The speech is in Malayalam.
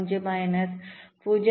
05 മൈനസ് 0